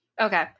Okay